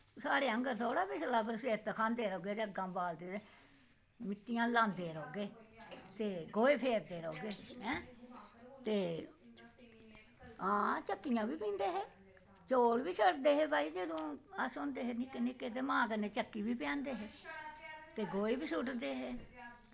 साढ़े आङर थोह्ड़े के चुल्हे पर सिर धुखांदे रौह्ंदे ते के चिर अग्ग बालदी ते मित्तियां बालदे रौह्गे ते गोहे फेरदे रौह्गे ऐं ते आं चक्कियां बी पीहंदे हे ते चौल बी छट्टदे हे भई जदूं ते अस होंदे हे निक्के निक्के ते मां कन्नै चक्की फ्ही पियांदे हे ते गोहे बी सुट्टदे हे